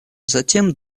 затем